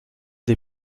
des